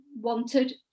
wanted